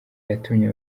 yatumye